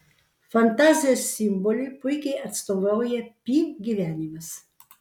fantazijos simboliui puikiai atstovauja pi gyvenimas